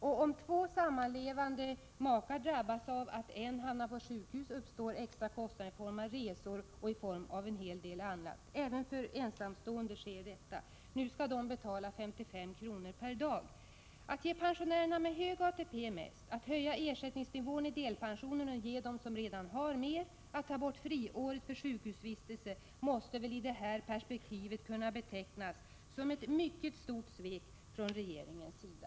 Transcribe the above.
Om en av två sammanlevande pensionärer hamnar på sjukhus, drabbas makarna av extra kostnader för resor, sjukbesök och en hel del annat. Även för en ensamstående pensionär sker detta. Nu skall de ju betala 55 kr. per dag. Att ge pensionärerna med hög ATP mest, att höja ersättningsnivån i delpensionen och ge mer åt dem som redan har och att ta bort friåret för sjukhusvistelse måste väl i det här perspektivet kunna betecknas som ett mycket stort svek från regeringens sida?